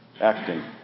acting